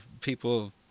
people